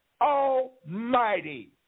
Almighty